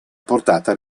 portata